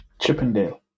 Chippendale